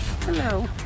Hello